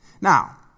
Now